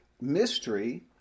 mystery